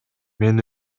мен